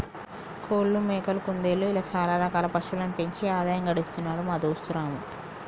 కోళ్లు మేకలు కుందేళ్లు ఇలా చాల రకాల పశువులను పెంచి ఆదాయం గడిస్తున్నాడు మా దోస్తు రాము